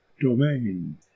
domain